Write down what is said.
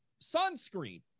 sunscreen